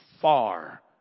far